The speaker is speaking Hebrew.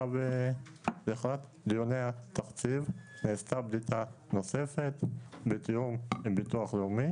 לאחר דיוני התקציב נעשתה בדיקה נוספת בתיאום עם ביטוח לאומי.